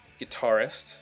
guitarist